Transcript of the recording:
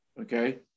Okay